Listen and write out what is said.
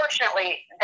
unfortunately